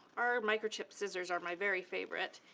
our microtip scissors are my very favorite,